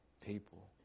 people